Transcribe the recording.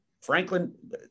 Franklin